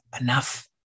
enough